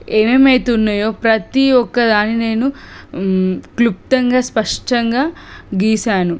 ఏమేమైతే ఉన్నయో ప్రతి ఒక్క దాన్ని నేను క్లుప్తంగా స్పష్టంగా గీశాను